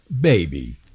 Baby